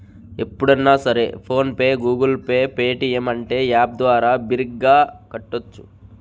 ఎప్పుడన్నా సరే PhonePe Google Pay Paytm అంటే యాప్ ద్వారా బిరిగ్గా కట్టోచ్చు